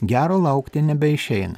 gero laukti nebeišeina